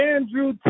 Andrew